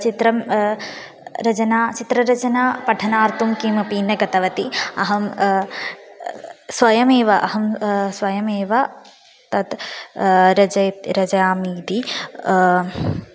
चित्रं रचना चित्ररचना पठनार्थं किमपि न कृतवती अहं स्वयमेव अहं स्वयमेव तत् अरचयत् रचयामि इति